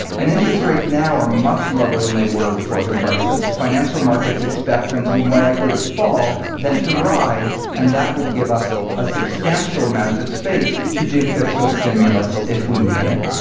and interest rates now are much lower than they were before the crisis. financial markets expect them to be more likely to fall than to rise, and that will give us a substantial amount of space to do fiscal stimulus if we need it.